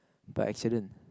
by accident